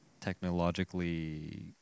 technologically